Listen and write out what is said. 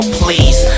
please